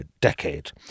Decade